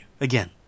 again